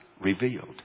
revealed